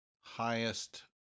highest